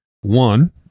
One